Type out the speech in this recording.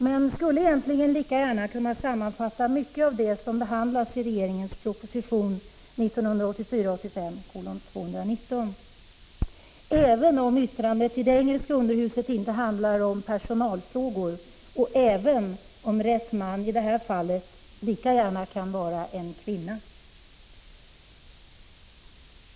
Det skulle lika gärna kunna sammanfatta mycket av det som behandlas i regeringens proposition 1984/85:219, även om yttrandet i det engelska underhuset inte handlade om personalfrågor och även om ”rätt man” i det här fallet lika gärna kan vara en kvinna.